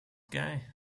guy